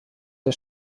der